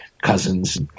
cousins